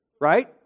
right